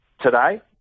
today